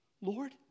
Lord